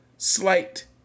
Slight